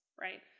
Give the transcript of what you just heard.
right